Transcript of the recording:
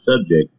subject